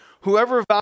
Whoever